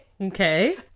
Okay